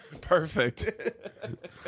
perfect